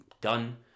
done